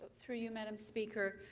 through you, madam speaker.